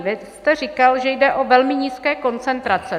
Vy jste říkal, že jde o velmi nízké koncentrace.